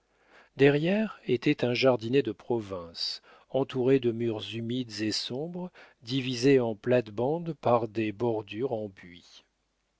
derrière était un jardinet de province entouré de murs humides et sombres divisé en plates-bandes par des bordures en buis